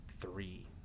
three